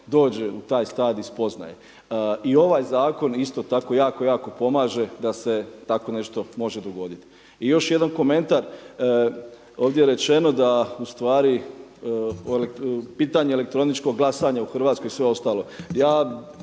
dođe u taj stadij spoznaje. I ovaj zakon isto tako, jako, jako pomaže da se tako nešto može dogoditi. I još jedan komentar, ovdje je rečeno da ustvari pitanje elektroničkog glasanja u Hrvatskoj i sve ostalo.